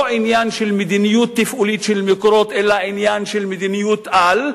עניין של מדיניות תפעולית של "מקורות" אלא עניין של מדיניות-על,